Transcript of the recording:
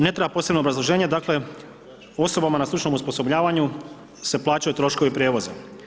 Ne treba posebno obrazloženje, dakle osobama na stručnom zapošljavanju se plaćaju troškovi prijevoza.